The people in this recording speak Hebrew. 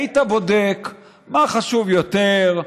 היית בודק מה חשוב יותר,